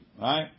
Right